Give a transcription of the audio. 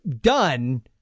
done